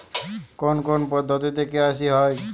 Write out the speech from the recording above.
কোন কোন পদ্ধতিতে কে.ওয়াই.সি হয়?